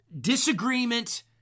disagreement